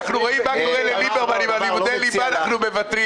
אנחנו רואים מה קורה לליברמן עם לימודי הליבה אז אנחנו מוותרים.